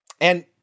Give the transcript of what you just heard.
And-